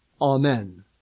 Amen